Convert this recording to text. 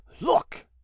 look